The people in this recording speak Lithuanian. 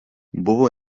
buvo